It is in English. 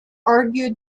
argued